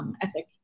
ethic